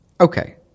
okay